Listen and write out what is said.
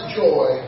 joy